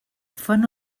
fan